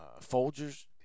Folger's